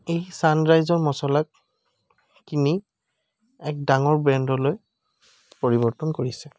এই ছানৰাইজৰ মছলাক কিনি এক ডাঙৰ ব্ৰেণ্ডলৈ পৰিৱৰ্তন কৰিছে